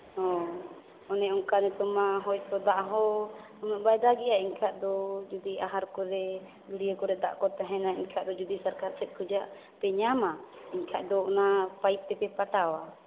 ᱚ ᱚᱱᱮ ᱚᱱᱠᱟ ᱨᱚᱠᱚᱢᱟᱜ ᱦᱳᱭᱛᱳ ᱫᱟᱜ ᱦᱚᱸ ᱩᱱᱟᱹᱜ ᱵᱟᱭ ᱫᱟᱜᱮᱜᱼᱟ ᱮᱱᱠᱷᱟᱱ ᱫᱚ ᱡᱩᱫᱤ ᱟᱦᱟᱨ ᱠᱚᱨᱮ ᱜᱟᱹᱰᱭᱟᱹ ᱠᱚᱨᱮ ᱫᱟᱜ ᱠᱚ ᱛᱟᱦᱮᱱᱟ ᱮᱱᱠᱷᱟᱡ ᱫᱚ ᱡᱩᱫᱤ ᱥᱚᱨᱠᱟᱨ ᱥᱮᱫ ᱠᱷᱚᱱᱟᱜ ᱯᱮ ᱧᱟᱢᱟ ᱮᱱᱠᱷᱟᱡ ᱫᱚ ᱚᱱᱟ ᱯᱟᱹᱭᱤᱯ ᱛᱮᱯᱮ ᱯᱟᱴᱟᱣᱟ